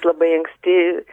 labai anksti